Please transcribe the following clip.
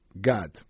God